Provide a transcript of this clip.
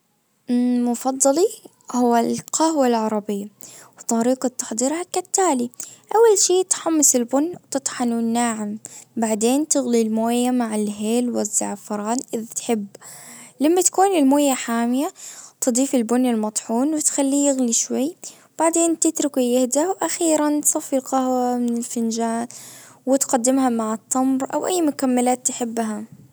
مفضلي هو القهوة العربية. طريقة تحضيرها كالتالي. اول شيء تحمص البن تطحنه الناعم. بعدين تغلي الموية مع الهيل والزعفران إذا تحب. لما تكون الموية حامية تضيفي البني المطحون وتخليه يغلي شوي. بعدين تتركه يهدا واخيرا تصفي القهوة في فنجان وتقدمها مع التمر او اي مكملات تحبها